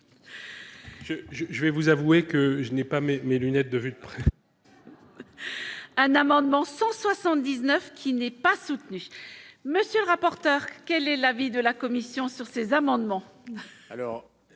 Je vais vous avouer que je n'ai pas mais mes lunettes de vue de près. Un amendement 179 qui n'est pas soutenu monsieur le rapporteur, quel est l'avis de la commission sur ces amendements.